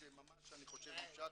זה אני חושב שזה ממשק